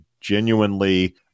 genuinely